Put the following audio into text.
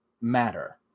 matter